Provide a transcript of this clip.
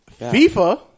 FIFA